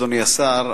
אדוני השר,